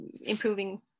improving